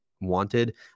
wanted